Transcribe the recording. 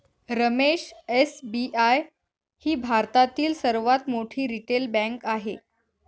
Ramesh SBI ही भारतातील सर्वात मोठी रिटेल बँक आहे